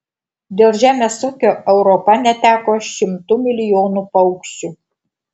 dėl žemės ūkio europa neteko šimtų milijonų paukščių